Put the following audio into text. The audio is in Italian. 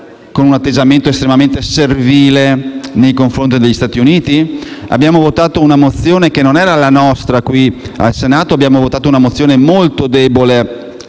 Grazie